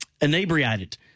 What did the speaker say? inebriated